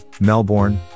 Melbourne